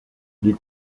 les